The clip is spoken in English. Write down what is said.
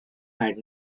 had